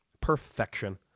Perfection